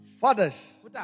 Fathers